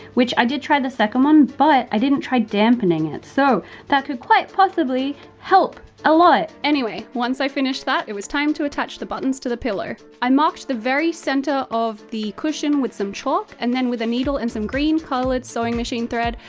which i did try the second one, but i didn't try dampening it, so that could quite possibly help a lot. anyway, once i finished that, it was time to attach the buttons to the pillow. i marked the very center of the cushion with some chalk and then with a needle, and some green colored sewing machine thread,